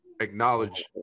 acknowledge